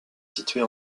située